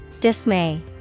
Dismay